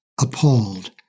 appalled